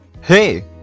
Hey